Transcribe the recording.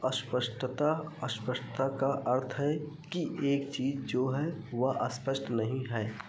अस्पष्टता अस्पष्टता का अर्थ है कि एक चीज़ जो है वह स्पष्ट नहीं है